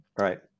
Right